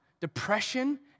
depression